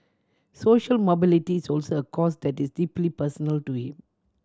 social mobility is also a cause that is deeply personal to him